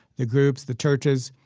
the groups, the churches,